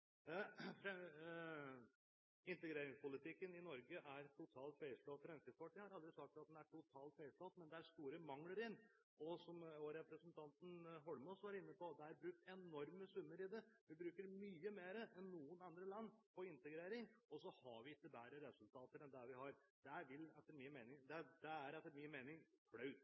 totalt feilslått: Fremskrittspartiet har aldri sagt at den er totalt feilslått, men det er store mangler i den. Og som også representanten Holmås var inne på, er det brukt enorme summer til dette. Vi bruker mye mer enn noe annet land på integrering, og så har vi ikke bedre resultater enn det vi har. Det er etter min mening flaut.